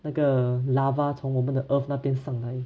那个 lava 从我们的 earth 那边上来